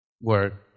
Word